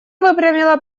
выпрямила